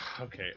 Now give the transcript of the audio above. Okay